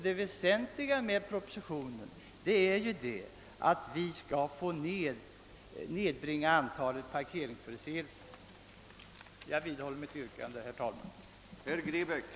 Det väsentliga ändamålet med propositionen är att vi skall nedbringa antalet parkeringsförseelser, men syftet ernås ej i detta fall. Herr talman, jag vidhåller mitt yrkande.